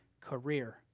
career